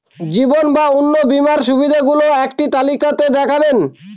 জীবন বা অন্ন বীমার সুবিধে গুলো একটি তালিকা তে দেখাবেন?